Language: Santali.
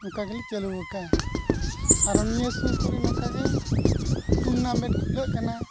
ᱱᱚᱝᱠᱟ ᱜᱮᱞᱮ ᱪᱟᱹᱞᱩ ᱟᱠᱟᱜᱼᱟ ᱟᱨ ᱱᱤᱭᱟᱹ ᱥᱩᱨ ᱠᱚᱨᱮᱜ ᱱᱚᱝᱠᱟ ᱜᱮ ᱴᱩᱨᱱᱟᱢᱮᱱᱴ ᱠᱷᱩᱞᱟᱹᱜ ᱠᱟᱱᱟ